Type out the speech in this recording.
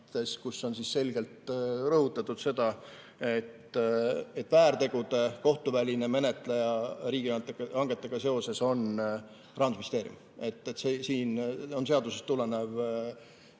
Seal on selgelt rõhutatud seda, et väärtegude kohtuväline menetleja riigihangetega seoses on Rahandusministeerium. See on seadusest tulenev